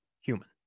human